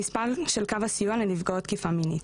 המספר של קו הסיוע לנפגעות תקיפה מינית.